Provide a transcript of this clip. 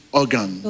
organ